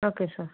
okay sir